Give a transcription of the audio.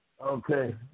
Okay